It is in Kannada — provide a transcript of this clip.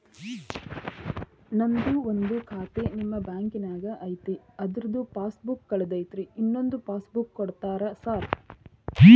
ನಂದು ಒಂದು ಖಾತೆ ನಿಮ್ಮ ಬ್ಯಾಂಕಿನಾಗ್ ಐತಿ ಅದ್ರದು ಪಾಸ್ ಬುಕ್ ಕಳೆದೈತ್ರಿ ಇನ್ನೊಂದ್ ಪಾಸ್ ಬುಕ್ ಕೂಡ್ತೇರಾ ಸರ್?